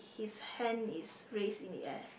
his hand is raised in the air